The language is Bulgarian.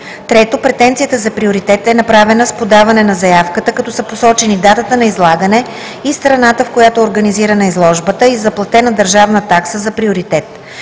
3. претенцията за приоритет е направена с подаване на заявката, като са посочени датата на излагане и страната, в която е организирана изложбата, и е заплатена държавна такса за приоритет;